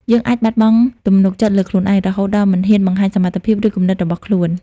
យើងអាចបាត់បង់ទំនុកចិត្តលើខ្លួនឯង រហូតដល់មិនហ៊ានបង្ហាញសមត្ថភាព ឬគំនិតរបស់ខ្លួន។